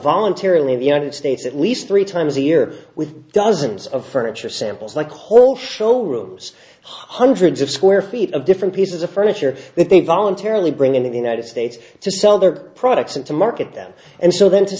voluntarily the united states at least three times a year with dozens of furniture samples like whole show rooms hundreds of square feet of different pieces of furniture that they voluntarily bring in in the united states to sell their products and to market them and so then to